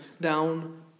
down